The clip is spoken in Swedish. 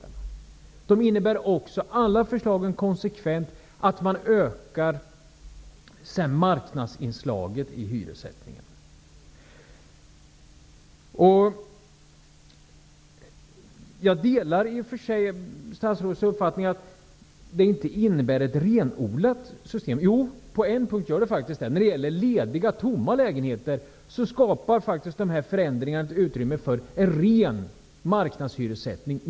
Alla förslagen innebär också konsekvent att man ökar marknadsinslaget i hyressättningen. Jag delar i och för sig statsrådets uppfattning att det inte innebär ett renodlat system. Jo, på en punkt gör det faktiskt det. När det gäller tomma lägenheter skapar den här förändringen utrymme för en ren marknadshyressättning.